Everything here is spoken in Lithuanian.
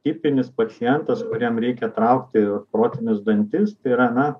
tipinis pacientas kuriam reikia traukti protinius dantis tai yra na